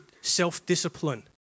self-discipline